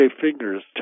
fingers